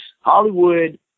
Hollywood